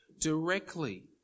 directly